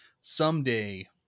someday